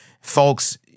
Folks